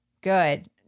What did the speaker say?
Good